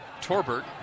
Torbert